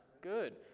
Good